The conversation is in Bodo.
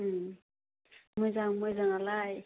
मोजां मोजां आलाय